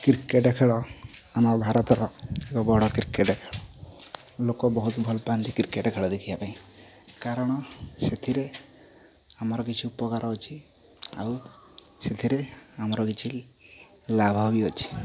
cricket ଖେଳ ଆମ ଭାରତର ଏକ ବଡ଼ କ୍ରିକେଟ ଖେଳ ଲୋକ ବହୁତ ଭଲ ପାଆନ୍ତି କ୍ରିକେଟ ଖେଳ ଦେଖିବାକୁ ପାଇଁ କାରଣ ସେଥିରେ ଆମର କିଛି ଉପକାର ଅଛି ଆଉ ସେଥିରେ ଆମର କିଛି ଲାଭ ବି ଅଛି